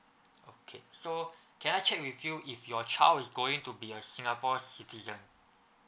okay so can I check with you if your child is going to be a singapore citizen